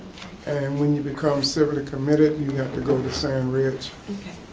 and when you become civically committed you have to go to sand ridge. okay.